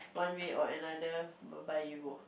one way or another bye you go